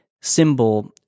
symbol